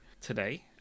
today